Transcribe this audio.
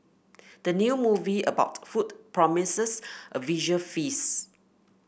the new movie about food promises a visual feast